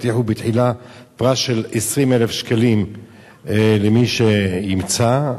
הבטיחו בתחילה פרס של 20,000 שקלים למי שימצא.